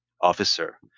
officer